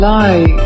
lie